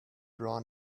run